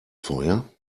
feuer